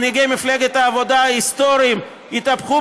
מנהיגי מפלגת העבודה ההיסטוריים יתהפכו